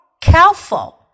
careful